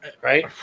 right